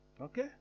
Okay